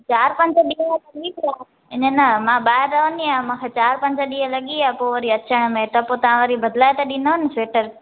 चारि पंज ॾींहं थी विया आहिनि न मां ॿाहिरि रहंदी आहियां मूंखे चारि पंज ॾींहं लॻी विया पोइ वरी अचण में त पोइ तव्हां वरी बदालाए त ॾींदव नी सीटरु